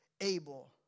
able